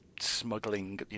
smuggling